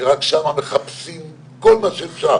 שרק מחפשים כל מה שאפשר,